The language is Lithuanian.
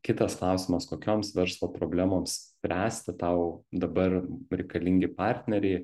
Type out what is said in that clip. kitas klausimas kokioms verslo problemoms spręsti tau dabar reikalingi partneriai